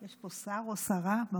יש פה שר או שרה באולם?